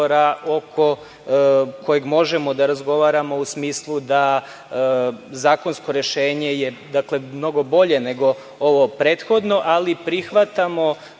kojeg možemo da razgovaramo u smislu da zakonsko rešenje je mnogo bolje nego ovo prethodno, ali prihvatamo